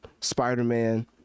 spider-man